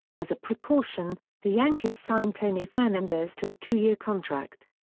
as a precaution, the yankees signed tony fernandez to a two-year contract.